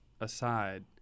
aside